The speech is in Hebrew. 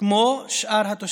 דבר שפוגע באיכות התוצר,